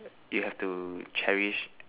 you have to cherish